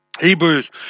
Hebrews